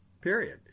Period